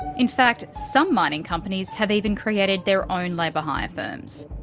in fact, some mining companies have even created their own labour hire firms.